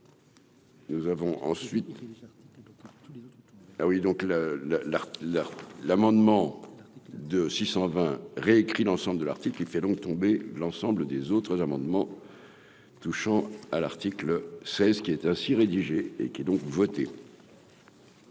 oui, donc la la la la, l'amendement de 620 réécrit l'ensemble de l'Arctique, il fait donc tomber l'ensemble des autres amendements touchant à l'article 16 qui est ainsi rédigé et qui est donc voté.